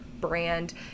brand